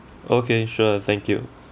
okay sure thank you